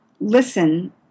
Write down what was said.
listen